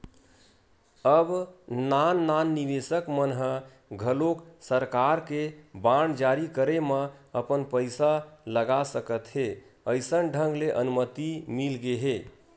अब नान नान निवेसक मन ह घलोक सरकार के बांड जारी करे म अपन पइसा लगा सकत हे अइसन ढंग ले अनुमति मिलगे हे